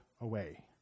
away